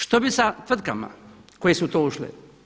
Što bi sa tvrtkama koje su u to ušle?